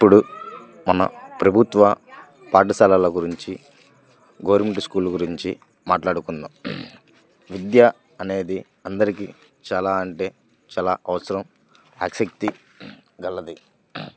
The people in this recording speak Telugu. ఇప్పుడు మన ప్రభుత్వ పాఠశాలాల గురించి గవర్నమెంట్ స్కూల్ గురించి మాట్లాడుకుందాము విద్య అనేది అందరికీ చాలా అంటే చాలా అవసరం ఆసక్తి కలది